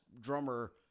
drummer